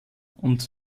und